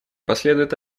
последует